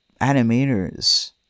animators